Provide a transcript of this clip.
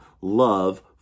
love